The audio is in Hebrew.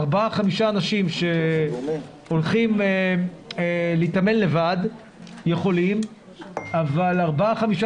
ארבעה או חמישה אנשים שהולכים להתאמן לבד יכולים אבל ארבעה-חמישה